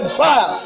fire